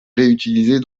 réutilisés